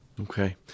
Okay